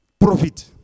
profit